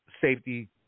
safety